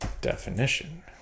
definition